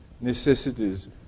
necessities